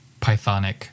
Pythonic